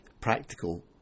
practical